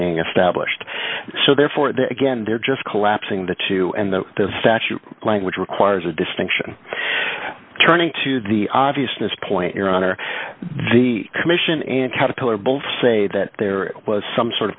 being established so therefore the again there just collapsing the two and the statute language requires a distinction turning to the obviousness point your honor the commission and caterpillar both say that there was some sort of